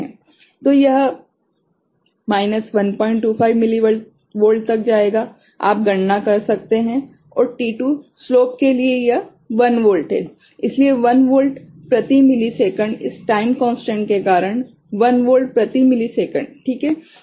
तो यह minus 125 volt तक जाएगा आप गणना कर सकते हैं और t2 स्लोप के लिए यह 1 वोल्ट है इसलिए 1 वोल्ट प्रति मिलीसेकंड इस टाइम कोंस्टेंट के कारण 1 वोल्ट प्रति मिलीसेकंड ठीक है